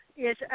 Yes